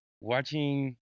watching